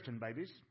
babies